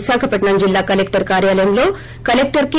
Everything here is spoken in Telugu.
విశాఖటప్పం జిల్లా కలెక్టర్ కార్యాలయంలో కలెక్టర్ కె